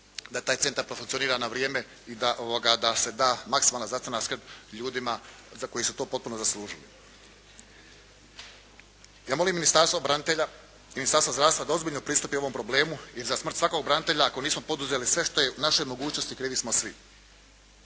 da taj centar profunkcionira na vrijeme i da se da maksimalna zdravstvena skrb ljudima koji su to potpuno zaslužili. Ja molim Ministarstvo branitelja, Ministarstvo zdravstva da ozbiljno pristupi ovom problemu, jer za smrt svakog branitelja ako nismo poduzeli sve što je u našoj mogućnosti krivi smo svi.